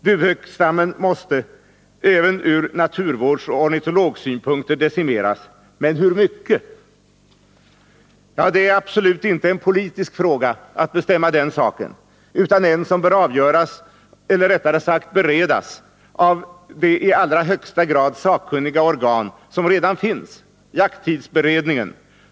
Duvhöksstammen måste även ur naturvårdsoch ornitologsynpunkter decimeras — men hur mycket? Det är absolut inte en politisk fråga att bestämma den saken, utan det är något som bör avgöras, eller rättare sagt beredas, av det i allra högsta grad sakkunniga organ som redan finns, nämligen jakttidsberedningen.